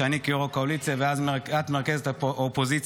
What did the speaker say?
אני כיו"ר הקואליציה ואת מרכזת את האופוזיציה,